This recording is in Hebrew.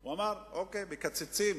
הוא אמר: אוקיי, מקצצים